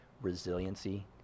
resiliency